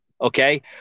Okay